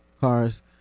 cars